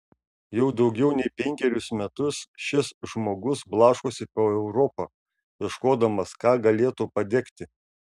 jau daugiau nei penkerius metus šis žmogus blaškosi po europą ieškodamas ką galėtų padegti